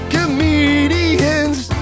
Comedians